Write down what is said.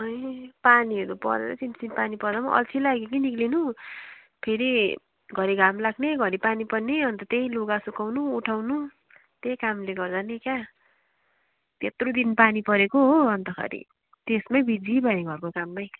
ए पानीहरू परेर सिमसिम पानी परेर पनि अल्छी लाग्यो कि निक्लिनु फेरि घरी घाम लाग्ने पानी पर्ने अनि त त्यही लुगा सुकाउनु उठाउनु त्यही कामले गर्दा नै क्या त्यत्रो दिन पानी परेको हो अनि त खेरि त्यसमै बिजी भएँ घरको काममै